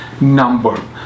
number